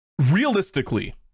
Realistically